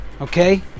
okay